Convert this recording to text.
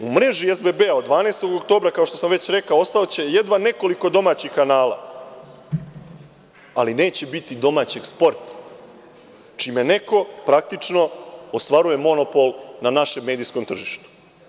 U mreži SBB-a od 12. oktobra, kao što sam već rekao, ostaće jedva nekoliko domaćih kanala, ali neće biti domaćeg sporta, čime neko praktično ostvaruje monopol na našem medijskom tržištu.